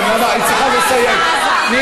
אתה